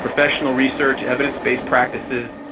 professional research, evidence-based practices,